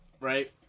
right